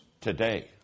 today